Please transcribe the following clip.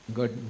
Good